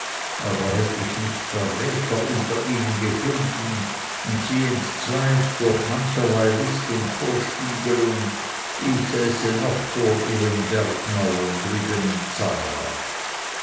aber hätt ich nicht verräter unter ihnen gefunden und sie entzweit durch mancherlei list und vorspiegelung ich säße noch vor ihren bergmauern drüben in zara